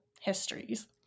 histories